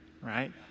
right